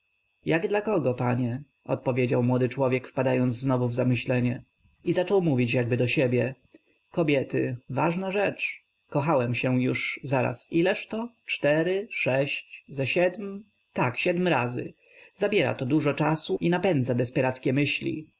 jak dla kogo panie odpowiedział młody człowiek wpadając znowu w zamyślenie i zaczął mówić jakby do siebie kobiety ważna rzecz kochałem się już zaraz ileżto cztery sześć ze siedm tak siedm razy zabiera to dużo czasu i napędza desperackie myśli